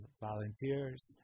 volunteers